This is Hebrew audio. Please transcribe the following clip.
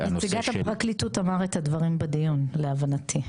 נציגת הפרקליטות אמר את הדברים בדיון להבנתי.